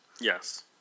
Yes